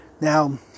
Now